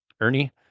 ernie